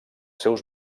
seus